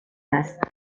است